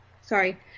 sorry